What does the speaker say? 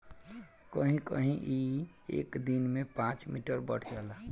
कहीं कहीं ई एक दिन में पाँच मीटर बढ़ जाला